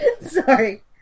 Sorry